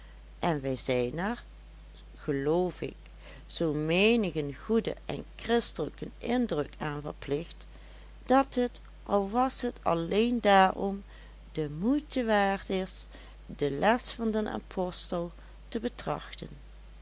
en wij zijn er geloof ik zoo menigen goeden en christelijken indruk aan verplicht dat het al was het alleen daarom de moeite waard is de les van den apostel te betrachten